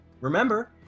remember